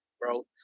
bro